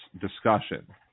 discussion